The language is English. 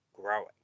Growing